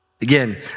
Again